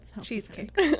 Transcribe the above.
Cheesecake